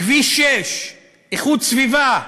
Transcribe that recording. כביש 6, הגנת הסביבה,